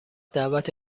دعوت